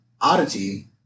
oddity